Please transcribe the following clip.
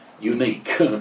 unique